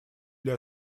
для